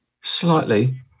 slightly